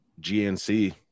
GNC